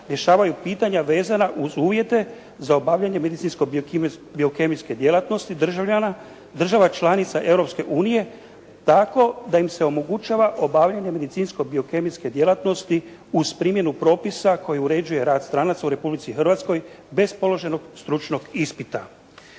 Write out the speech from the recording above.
rješavaju pitanja uz uvjete za obavljanje medicinsko-biokemijske djelatnosti državljana, država članica Europske unije tako da im se omogućava obavljanje medicinsko-biokemijske djelatnosti uz primjenu propisa koje uređuje rad stranaca u Republici Hrvatskoj bez položenog stručnog ispita.